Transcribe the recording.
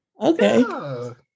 okay